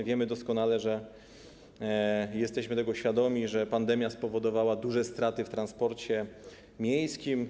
Wiemy doskonale, jesteśmy tego świadomi, że pandemia spowodowała duże straty w transporcie miejskim.